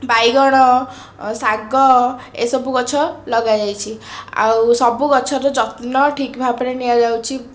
ବାଇଗଣ ଶାଗ ଏସବୁ ଗଛ ଲଗାଯାଇଛି ଆଉ ସବୁ ଗଛର ଯତ୍ନ ଠିକ୍ ଭାବରେ ନିଆଯାଉଛି